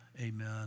Amen